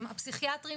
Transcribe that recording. הטובים,